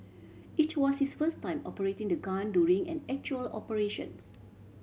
it was his first time operating the gun during an actual operations